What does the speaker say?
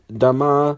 dama